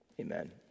Amen